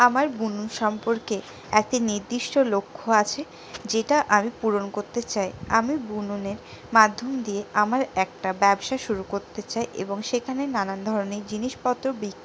আমার বুনন সম্পর্কে একটি নির্দিষ্ট লক্ষ্য আছে যেটা আমি পূরণ করতে চাই আমি বুননের মাধ্যম দিয়ে আমার একটা ব্যবসা শুরু করতে চাই এবং সেখানে নানান ধরনের জিনিসপত্র বিক্রি